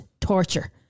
torture